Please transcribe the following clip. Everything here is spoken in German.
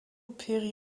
peri